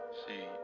see